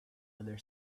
other